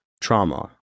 trauma